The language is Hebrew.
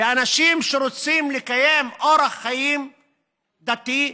ולאנשים שרוצים לקיים אורח חיים דתי,